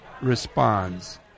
responds